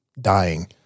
dying